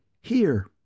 Here